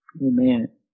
Amen